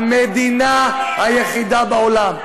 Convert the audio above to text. המדינה היחידה בעולם.